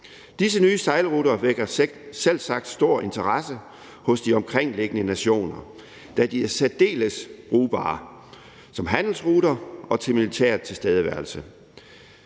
Disse nye sejlruter vækker selvsagt stor interesse hos de omkringliggende nationer, da de er særdeles brugbare som handelsruter og til militær tilstedeværelse.